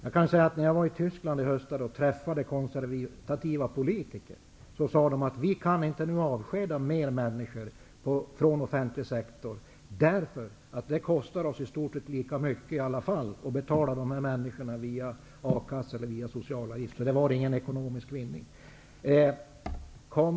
När jag var i Tyskland i höstas träffade jag konservativa politiker. De sade att de nu inte kunde avskeda fler människor från den offentliga sektorn. Det skulle kosta i stort sett lika mycket att betala dessa människor via a-kassor och socialbidrag. Det fanns inte någon ekonomisk vinning.